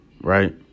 right